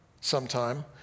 sometime